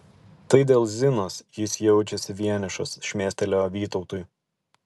tai dėl zinos jis jaučiasi vienišas šmėstelėjo vytautui